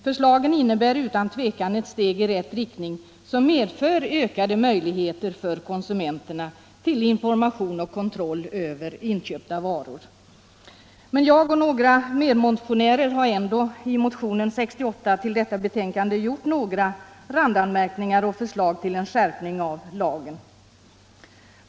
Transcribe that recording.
Förslaget innebär utan tvivel ett steg i rätt riktning, som medför ökade möjligheter för konsumenterna till information och kontroll över inköpta varor. Men jag och några medmotionärer har ändå i motionen 68 till detta betänkande gjort vissa randanmärkningar och förslag till en skärpning av lagen.